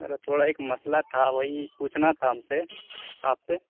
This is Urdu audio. میرا تھوڑا ایک مسئلہ تھا وہی پوچھنا تھا ہم سے آپ سے